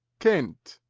kent.